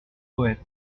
poète